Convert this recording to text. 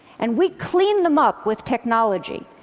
and we clean them up with technology.